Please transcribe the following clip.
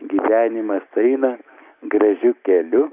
gyvenimas eina gražiu keliu